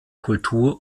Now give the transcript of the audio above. kultur